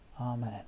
Amen